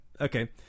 Okay